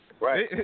Right